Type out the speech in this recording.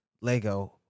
Lego